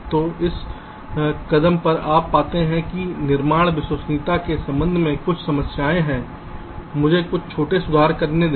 तो इस कदम पर आप पाते हैं कि निर्माण विश्वसनीयता के संबंध में कुछ समस्या है मुझे कुछ छोटे सुधार करने दें